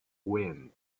wind